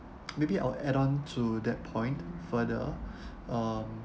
maybe I'll add on to that point further um